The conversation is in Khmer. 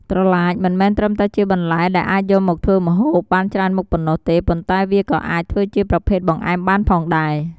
ត្រឡាចមិនមែនត្រឹមតែជាបន្លែដែលអាចយកមកធ្វើម្ហូបបានច្រើនមុខប៉ុណ្ណោះទេ ប៉ុន្តែវាក៏អាចធ្វើជាប្រភេទបង្អែមបានផងដែរ។